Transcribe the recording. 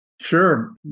Sure